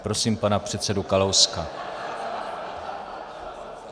Prosím pana předsedu Kalouska.